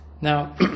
Now